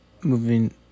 moving